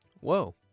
Whoa